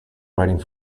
writing